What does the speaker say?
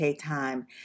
time